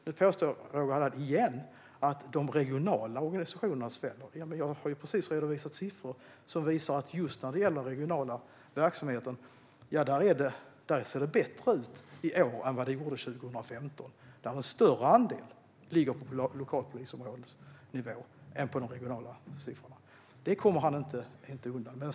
Roger Haddad påstår igen att de regionala organisationerna sväller, men jag har ju precis redovisat siffror som visar att det ser bättre ut i den regionala verksamheten i år än det gjorde 2015. Nu ligger en större andel på lokalpolisområdesnivå, så det kommer Roger Haddad inte undan med.